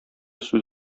сүз